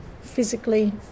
physically